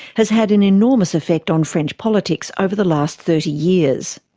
has had an enormous effect on french politics over the last thirty years.